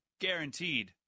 Guaranteed